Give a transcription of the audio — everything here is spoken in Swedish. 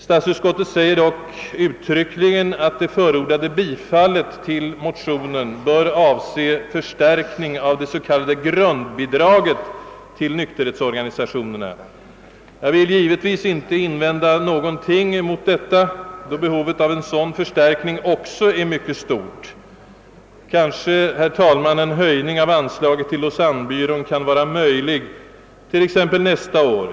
Statsutskottet säger emellertid uttryckligen att det förordade bifallet till motionerna bör avse förstärkning av det s.k. grundbidraget till nykterhetsorganisationerna. Jag vill givetvis inte göra någon invändning mot detta utskottets uttalande, då behovet av den nämnda förstärkningen också är mycket stort. Kanske kan, herr talman, en höjning av bidraget till Lausanne-byrån vara möjlig, exempelvis till nästa år.